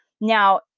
Now